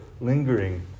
lingering